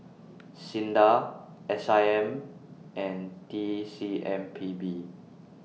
SINDA S I M and T C M P B